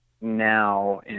now